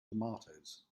tomatoes